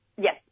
yes